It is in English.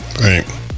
Right